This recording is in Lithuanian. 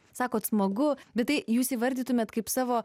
sakote smagu bet tai jūs įvardytumėte kaip savo